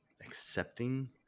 accepting